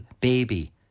baby